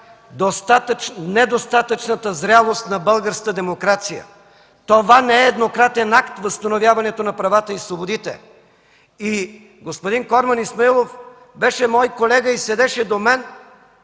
недостатъчната зрялост на българската демокрация. Това не е еднократен акт – възстановяването на правата и свободите. Господин Корман Исмаилов беше мой колега и седеше до мен